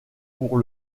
pour